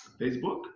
facebook